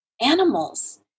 animals